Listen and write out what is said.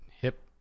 hip